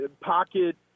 pocket